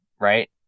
right